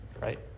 right